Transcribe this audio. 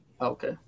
Okay